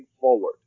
forward